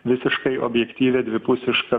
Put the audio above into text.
visiškai objektyvią dvipusišką